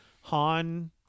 Han